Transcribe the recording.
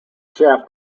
shaft